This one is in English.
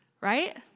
right